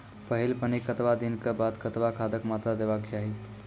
पहिल पानिक कतबा दिनऽक बाद कतबा खादक मात्रा देबाक चाही?